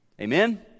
Amen